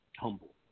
humble